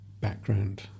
background